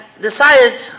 decided